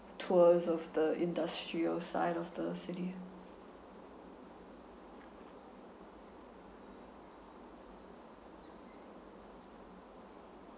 tours of the industrial side of the city